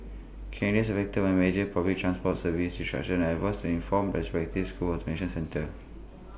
candidates affected by major public transport service disruption are advised to inform their respective schools mention centres